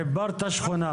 חיברת שכונה.